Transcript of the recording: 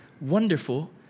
wonderful